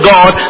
God